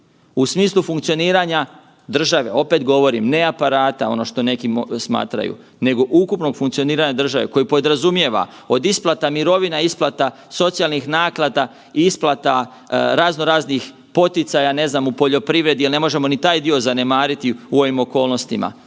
u smislu funkcioniranja države, opet govorim, ne aparata ono što neki smatraju, nego ukupnog funkcioniranja države koji podrazumijeva od isplata mirovina, isplata socijalnih naknada i isplata razno raznih poticaja, ne znam u poljoprivredi jel ne možemo ni taj dio zanemariti u ovim okolnostima.